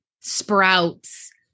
sprouts